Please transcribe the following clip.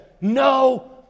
no